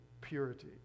purity